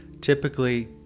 typically